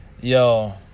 Yo